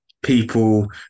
people